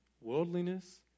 worldliness